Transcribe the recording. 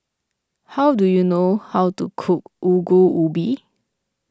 how do you know how to cook Ongol Ubi